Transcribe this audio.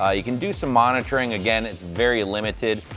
ah you can do some monitoring. again, it's very limited,